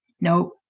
nope